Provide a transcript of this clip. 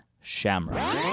Shamrock